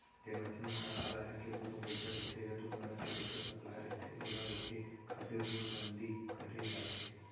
जेन मनसे मन करा कालाधन के रुप म पइसा रहिथे या दू नंबर के पइसा सकलाय रहिथे ओला रोके खातिर नोटबंदी करे जाथे